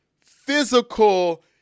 physical